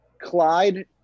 Clyde